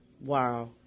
Wow